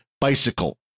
bicycle